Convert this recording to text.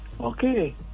Okay